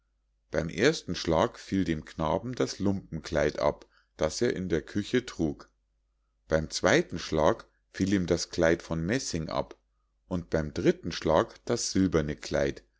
beim ersten schlag fiel dem knaben das lumpenkleid ab das er in der küche trug beim zweiten schlag fiel ihm das kleid von messing ab und beim dritten schlag das silberne kleid